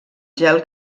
gel